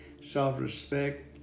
self-respect